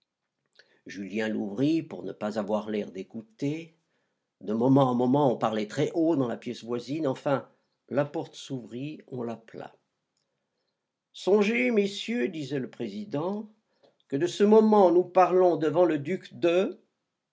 julien l'ouvrit pour ne pas avoir l'air d'écouter de moment en moment on parlait très haut dans la pièce voisine enfin la porte s'ouvrit on l'appela songez messieurs disait le président que de ce moment nous parlons devant le duc de